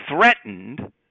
threatened